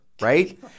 right